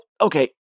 okay